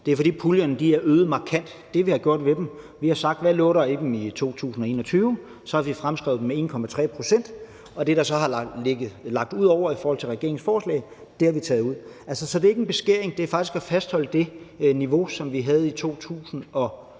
væk. For puljerne er markant øgede, og det, vi har gjort, er, at vi har set på, hvad der lå i dem i 2021, og så har vi fremskrevet dem med 1,3 pct., og det, der så har ligget ud over det, der ligger i regeringens forslag, har vi taget ud. Altså, det er ikke en beskæring, det er faktisk at fastholde det niveau, som vi havde i 2021.